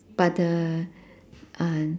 but the uh